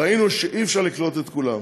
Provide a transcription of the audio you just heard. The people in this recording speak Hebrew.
ראינו שאי-אפשר לקלוט את כולם,